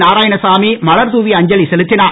நாராயணசாமி மலர் தூவி அஞ்சலி செலுத்தினார்